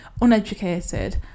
uneducated